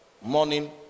morning